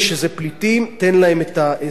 תן להם את זכויות הפליטים.